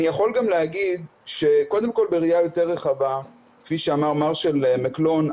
אני יכול גם להגיד שקודם כל בראיה יותר רחבה כפי שאמר מרשל מקלוהן,